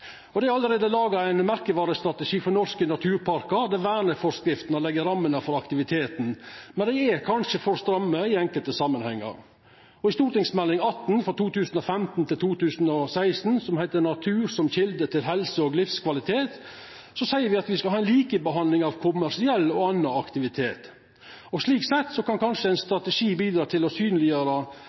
Det er allereie laga ein merkevarestrategi for norske naturparkar, der verneforskriftene legg rammene for aktiviteten. Men dei er kanskje for stramme i enkelte samanhengar. I Meld. St. 18 for 2015–2016, som heiter Friluftsliv – Natur som kilde til helse og livskvalitet, seier me at me skal ha ei likebehandling av kommersiell og annan aktivitet. Slik sett kan kanskje ein strategi bidra til å synleggjera